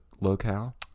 locale